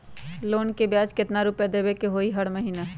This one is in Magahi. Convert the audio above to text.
लोन के ब्याज कितना रुपैया देबे के होतइ हर महिना?